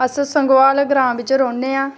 अस संगवाल ग्रांऽ बिच रौह्ने आं